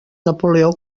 napoleó